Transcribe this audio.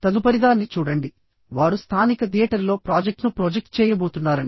తదుపరిదాన్ని చూడండివారు స్థానిక థియేటర్లో ప్రాజెక్ట్ను ప్రొజెక్ట్ చేయబోతున్నారని